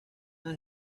las